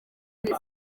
neza